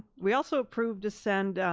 we also approved to send